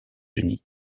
unis